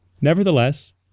Nevertheless